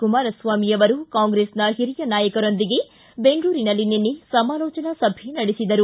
ಕುಮಾರಸ್ವಾಮಿ ಅವರು ಕಾಂಗ್ರೆಸ್ನ ಹಿರಿಯ ನಾಯಕರೊಂದಿಗೆ ಬೆಂಗಳೂರಿನಲ್ಲಿ ನಿನ್ನೆ ಸಮಾಲೋಚನಾ ಸಭೆ ನಡೆಸಿದರು